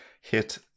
hit